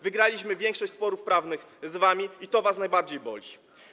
Wygraliśmy większość sporów prawnych z wami i to was najbardziej boli.